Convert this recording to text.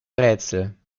rätsel